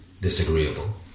disagreeable